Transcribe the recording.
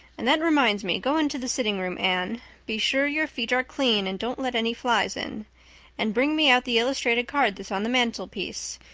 and that reminds me. go into the sitting room, anne be sure your feet are clean and don't let any flies in and bring me out the illustrated card that's on the mantelpiece.